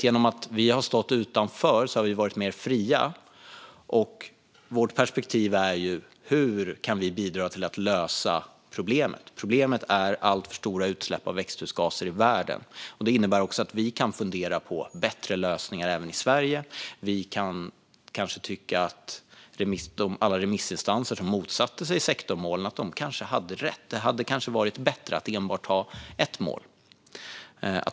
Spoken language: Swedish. Genom att vi har stått utanför har vi varit mer fria, och vårt perspektiv handlar om hur vi kan bidra till att lösa problemet. Problemet är alltför stora utsläpp av växthusgaser i världen. Det innebär också att vi kan fundera på bättre lösningar även i Sverige. Vi kan tycka att alla remissinstanser som motsatte sig sektorsmål kanske hade rätt. Det hade kanske varit bättre att enbart ha ett mål.